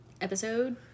episode